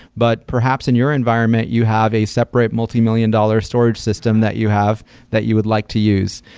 but perhaps in your environment, you have a separate multimillion dollar storage system that you have that you would like to use.